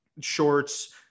shorts